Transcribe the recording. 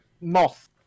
moth